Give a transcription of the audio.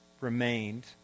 remained